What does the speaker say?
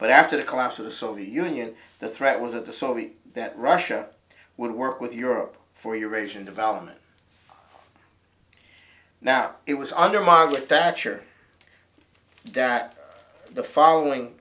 but after the collapse of the soviet union the threat was that the saudi that russia would work with europe for eurasian development now it was under margaret thatcher that the following